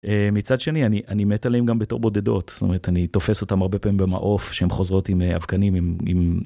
מצד שני אני אני מת עליהם גם בתור בודדות זאת אומרת אני תופס אותם הרבה פעמים במעוף שהם חוזרות עם אבקנים עם.